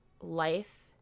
life